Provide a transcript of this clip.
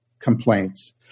complaints